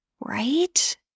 right